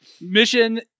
Mission